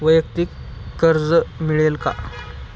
वैयक्तिक कर्ज मिळेल का?